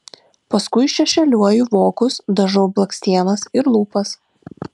paskui šešėliuoju vokus dažau blakstienas ir lūpas